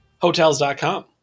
Hotels.com